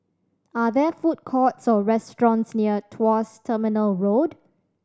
are there food courts or restaurants near Tuas Terminal Road